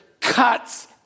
cuts